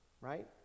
right